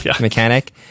mechanic